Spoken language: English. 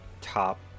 top